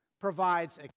provides